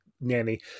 nanny